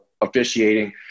officiating